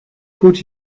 could